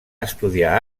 estudiar